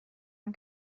این